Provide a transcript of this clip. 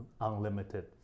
unlimited